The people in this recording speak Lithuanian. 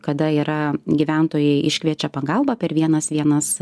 kada yra gyventojai iškviečia pagalbą per vienas vienas